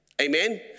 Amen